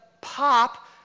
pop